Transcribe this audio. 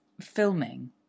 filming